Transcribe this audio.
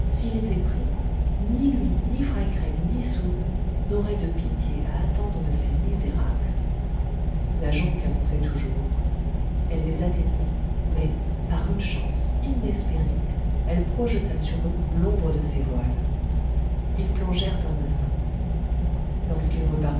s'il était pris ni lui ni fry craig ni soun n'auraient de pitié à attendre de ces misérables la jonque avançait toujours elle les atteignit mais par une chance inespérée elle projeta sur eux l'ombre de ses voiles ils plongèrent un instant lorsqu'ils